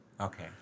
Okay